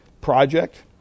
project